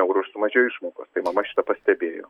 eurų sumažėjo išmokos tai mama šitą pastebėjo